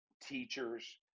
teachers